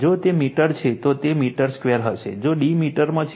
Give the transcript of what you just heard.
જો તે મીટર છે તો તે મીટર સ્ક્વેર હશે જો d મીટરમાં છે